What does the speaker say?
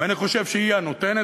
ואני חושב שהיא הנותנת,